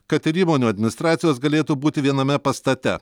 kad ir įmonių administracijos galėtų būti viename pastate